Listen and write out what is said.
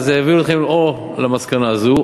זה יביא אתכם או למסקנה הזאת,